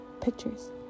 Pictures